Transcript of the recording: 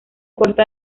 corta